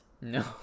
No